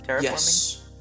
Yes